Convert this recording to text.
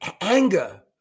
anger